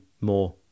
more